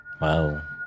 wow